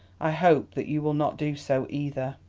i hope that you will not do so, either.